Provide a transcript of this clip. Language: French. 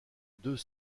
deux